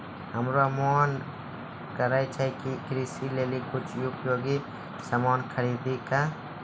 हमरो मोन करै छै कि कृषि लेली कुछ उपयोगी सामान खरीदै कै